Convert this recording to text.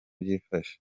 byifashe